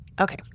Okay